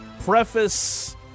preface